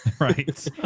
right